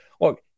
Look